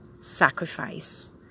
sacrifice